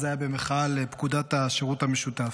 אז זה היה במחאה על פקודת השירות המשותף.